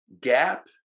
gap